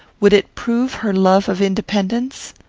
would it prove her love of independence?